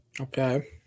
Okay